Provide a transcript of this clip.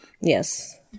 Yes